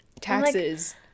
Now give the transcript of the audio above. taxes